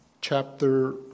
chapter